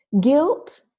guilt